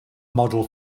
model